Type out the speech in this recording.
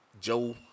Joe